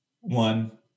one